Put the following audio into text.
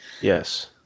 yes